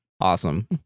Awesome